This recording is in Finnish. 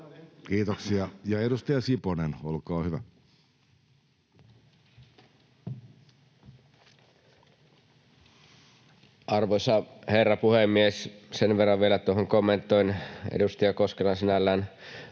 Kiitoksia. — Edustaja Siponen, olkaa hyvä. Arvoisa herra puhemies! Sen verran vielä kommentoin edustaja Koskelan sinällään